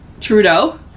Trudeau